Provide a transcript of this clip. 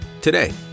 today